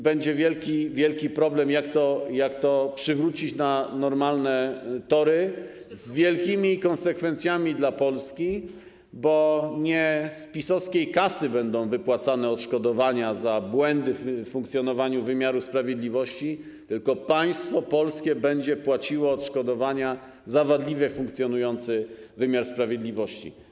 Będzie wielki problem, jak to przywrócić na normalne tory, z wielkimi konsekwencjami dla Polski, bo to nie z PiS-owskiej kasy będą wypłacane odszkodowania za błędy w funkcjonowaniu wymiaru sprawiedliwości, tylko państwo polskie będzie płaciło odszkodowania za wadliwie funkcjonujący wymiar sprawiedliwości.